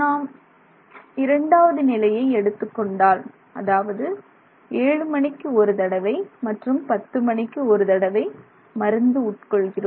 நாம் இரண்டாவது நிலையை எடுத்துக் கொண்டால் அதாவது ஏழு மணிக்கு ஒரு தடவை மற்றும் 10 மணிக்கு ஒரு தடவை மருந்து உட்கொள்கிறோம்